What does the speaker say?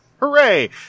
hooray